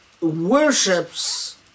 worships